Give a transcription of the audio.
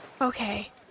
Okay